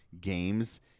games